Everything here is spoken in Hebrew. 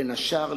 בין השאר,